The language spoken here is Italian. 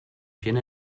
piena